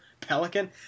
Pelican